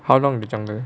how long in the jungle